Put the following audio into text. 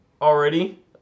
already